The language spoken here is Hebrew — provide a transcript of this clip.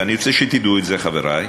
ואני רוצה שתדעו את זה, חברי,